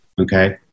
Okay